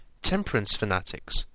temperance fanatics,